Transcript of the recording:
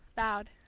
bowed.